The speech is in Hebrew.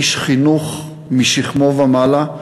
איש חינוך משכמו ומעלה,